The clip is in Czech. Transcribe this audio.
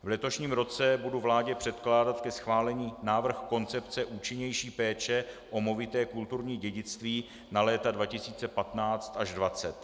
V letošním roce budu vládě předkládat ke schválení návrh koncepce účinnější péče o movité kulturní dědictví na léta 2015 až 2020.